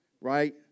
Right